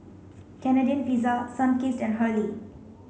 Canadian Pizza Sunkist and Hurley